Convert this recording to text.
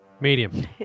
medium